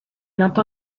nato